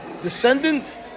descendant